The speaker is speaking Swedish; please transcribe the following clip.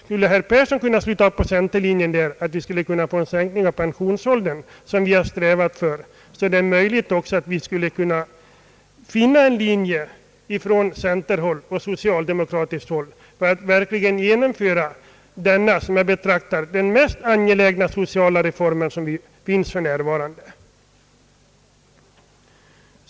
Kunde herr Persson sluta upp på centerlinjen när det gäller sänkning av pensionsåldern är det möjligt att vi från centerhåll och socialdemokratiskt håll kan finna en linje för att verkligen genomföra denna, enligt min mening, den mest angelägna sociala reformen för närvarande.